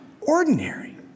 ordinary